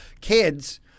kids